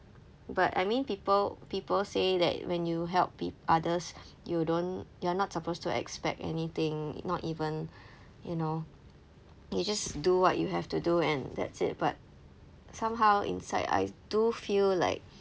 but I mean people people say that when you help pe~ others you don't you're not supposed to expect anything not even you know you just do what you have to do and that's it but somehow inside I do feel like